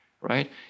Right